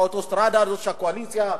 האוטוסטרדה הזו של הקואליציה,